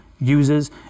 users